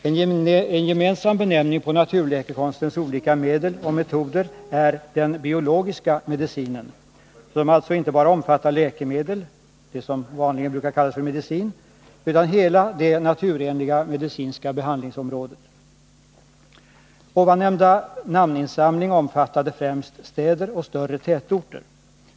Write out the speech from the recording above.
En gemensam benämning på naturläkekonstens olika medel och metoder är ”den biologiska medicinen”, som alltså omfattar inte bara läkemedel — det som vanligen brukar kallas medicin — utan hela det naturenliga medicinska behandlingsområdet. Den nämnda namninsamlingen omfattade främst städer och större tätorter.